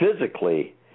physically